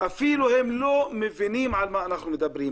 אפילו הם לא מבינים על מה מדברים.